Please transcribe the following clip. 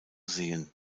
sehen